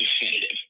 definitive